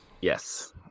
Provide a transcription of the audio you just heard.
Yes